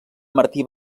martí